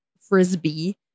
frisbee